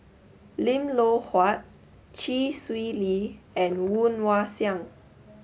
Lim Loh Huat Chee Swee Lee and Woon Wah Siang